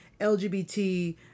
LGBT